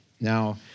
Now